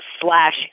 slash